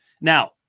Now